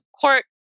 court